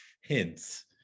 hints